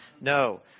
No